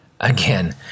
again